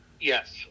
Yes